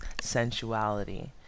sensuality